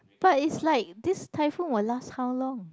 but it's like this typhoon will last how long